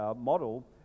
model